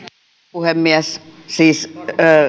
puhemies